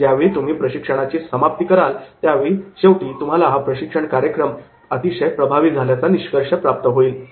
आणि ज्यावेळी तुम्ही प्रशिक्षणाची समाप्ती कराल त्यावेळी शेवटी तुम्हाला हा प्रशिक्षण कार्यक्रम अतिशय प्रभावी झाल्याचा निष्कर्ष प्राप्त होईल